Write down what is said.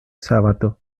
sabato